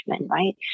right